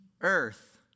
earth